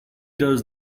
does